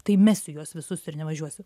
tai mesiu juos visus ir nevažiuosiu